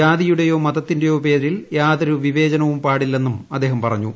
ജാതിയുടേയോ മതത്തിന്റെയോ പേരിൽ യാതൊരു വിവേചനവും പാടില്ലെന്നും അദ്ദേഹം പറഞ്ഞു